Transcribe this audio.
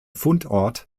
fundort